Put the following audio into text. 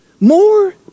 more